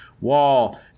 wall